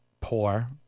poor